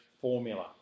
formula